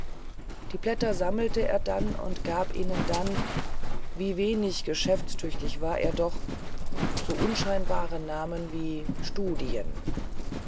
die blätter sammelte er und gab ihnen dann wie wenig geschäftstüchtig war er doch so unscheinbare namen wie studien